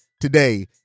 today